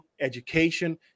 education